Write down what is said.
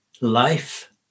life